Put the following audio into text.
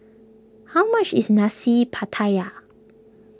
how much is Nasi Pattaya